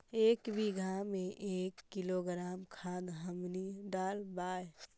एक बीघा मे के किलोग्राम खाद हमनि डालबाय?